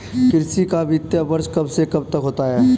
कृषि का वित्तीय वर्ष कब से कब तक होता है?